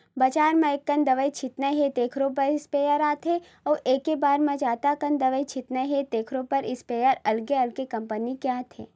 बजार म एककन दवई छितना हे तेखरो बर स्पेयर आथे अउ एके बार म जादा अकन दवई छितना हे तेखरो इस्पेयर अलगे अलगे कंपनी के आथे